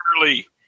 early